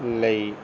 ਲਈ